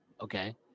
Okay